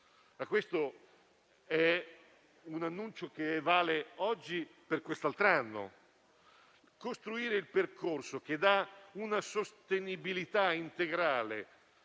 È un annuncio che vale oggi per il prossimo anno. Costruire il percorso che dà una sostenibilità integrale